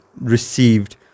received